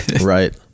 right